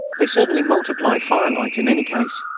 they certainly multiply firelight in any case.